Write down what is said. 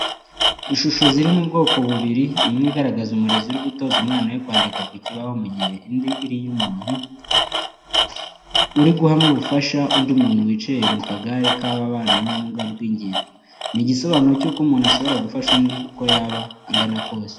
Ishusho ziri mu bwoko bubiri, imwe igaragaza umurezi uri gutoza umwana we kwandika ku kibaho mu gihe indi ari iy'umuntu uri guha ubufasha undi muntu wicaye mu kagare k'ababana n'ubumuga bw'ingingo. Ni igisobanuro cy'uko umuntu ashobora gufasha undi uko yaba angana kose.